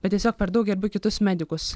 bet tiesiog per daug gerbiu kitus medikus